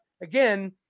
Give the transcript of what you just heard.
again